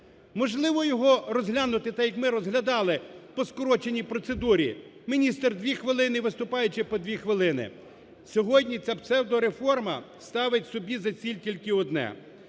Можливо, його розглянути так, як ми розглядали по скороченій процедурі: міністр – 2 хвилини і виступаючі – по 2 хвилини. Сьогодні ця псевдо реформа ставить собі за ціль тільки одне